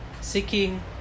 seeking